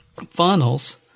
funnels